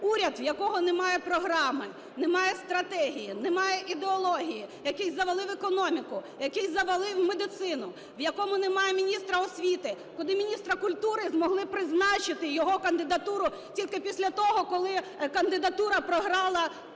Уряд, в якого немає програми, немає стратегії, немає ідеології, який завалив економіку, який завалив медицину, в якому немає міністра освіти, куди міністра культури змогли призначити, його кандидатуру, тільки після того, коли кандидатура програла черговий